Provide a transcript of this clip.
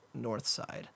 Northside